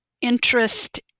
interest